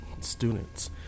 students